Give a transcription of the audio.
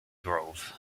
grove